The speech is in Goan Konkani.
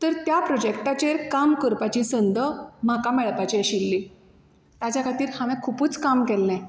तर त्या प्रोजेक्टाचेर काम करपाची संद म्हाका मेळपाची आशिल्ली ताज्या खातीर हांवें खुबूच काम केल्ले